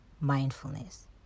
mindfulness